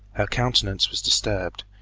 her countenance was disturbed,